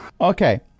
Okay